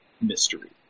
mystery